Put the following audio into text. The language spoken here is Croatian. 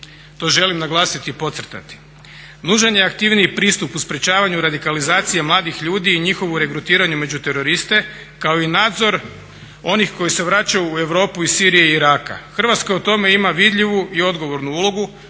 To želim naglasiti i podcrtati. Nužan je aktivniji pristup u sprečavanju radikalizacije mladih ljudi i njihovu regrutiranju među teroriste, kao i nadzor onih koji se vraćaju u Europu iz Sirije i Iraka. Hrvatska u tome ima vidljivu i odgovornu ulogu,